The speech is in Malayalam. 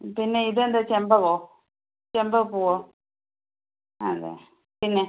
പിന്നെ ഇത് എന്താ ചെമ്പകമോ ചെമ്പക പൂവോ അതെ പിന്നെ